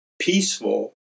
peaceful